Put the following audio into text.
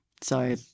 So-